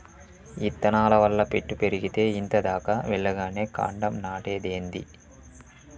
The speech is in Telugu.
ఇత్తనాల వల్ల పెట్టు పెరిగేతే ఇంత దాకా వెల్లగానే కాండం నాటేదేంది